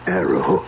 arrow